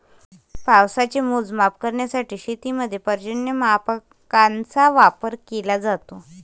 पावसाचे मोजमाप करण्यासाठी शेतीमध्ये पर्जन्यमापकांचा वापर केला जातो